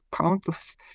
countless